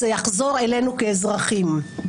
זה יחזור אלינו כאזרחים.